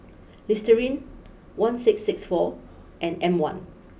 Listerine one six Six four and M one